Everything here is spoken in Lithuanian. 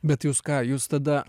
bet jūs ką jūs tada